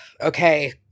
Okay